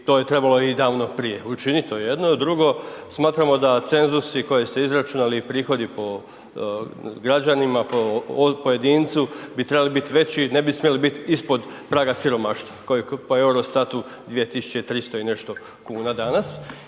i to je trebalo i davno prije učiniti. To je jedno. A drugo, smatramo da cenzusi koje ste izračunali i prihodi po građanima, po pojedincu bi trebali biti veći, ne bi smjeli biti ispod praga siromaštva, koji je po Eurostatu 2300 i nešto kuna dana